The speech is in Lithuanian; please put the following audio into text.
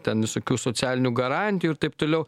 ten visokių socialinių garantijų ir taip toliau